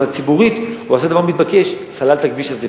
אבל ציבורית הוא עשה דבר מתבקש: סלל את הכביש הזה,